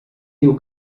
diu